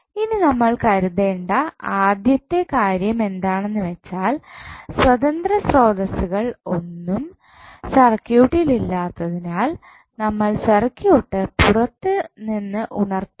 ഇനി നമ്മൾ കരുതേണ്ട ആദ്യത്തെ കാര്യം എന്താണെന്ന് വെച്ചാൽ സ്വതന്ത്ര സ്രോതസ്സുകൾ ഒന്നും സർക്യൂട്ടിൽ ഇല്ലാത്തതിനാൽ നമ്മൾ സർക്യൂട്ട് പുറത്തുനിന്ന് ഉണർത്തണം